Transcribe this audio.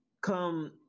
come